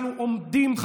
אנחנו עומדים,